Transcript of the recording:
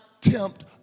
tempt